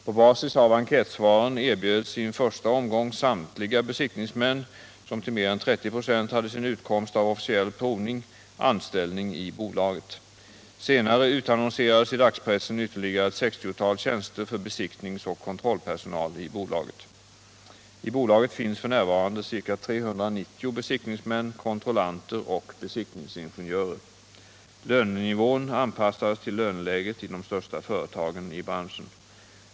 På basis av enkätsvaren erbjöds i en första omgång samtliga besiktningsmän, som till mer än 30 26 hade sin utkomst av officiell provning, anställning i bolaget. Senare utannonserades i dagspressen ytterligare ett 60-tal tjänster för besiktningsoch kontrollpersonal i bolaget. I bolaget finns f. n. ca 390 besiktningsmän, kontrollanter och besiktningsingenjörer. Lönenivån anpassades till löneläget i de största företagen i branschen.